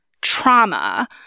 trauma